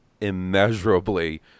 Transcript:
immeasurably